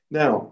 now